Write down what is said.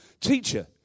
Teacher